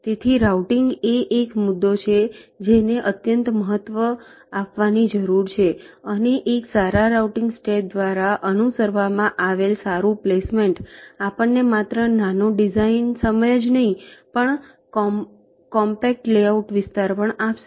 તેથી રાઉટીંગ એ એક મુદ્દો છે જેને અત્યંત મહત્વ આપવાની જરૂર છે અને એક સારા રાઉટીંગ સ્ટેપ દ્વારા અનુસરવામાં આવેલ સારું પ્લેસમેન્ટ આપણને માત્ર નાનો ડિઝાઇન સમય જ નહીં પણ કોમ્પેક્ટ લેઆઉટ વિસ્તાર પણ આપશે